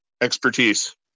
expertise